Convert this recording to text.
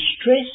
stress